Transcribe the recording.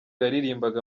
yaririmbaga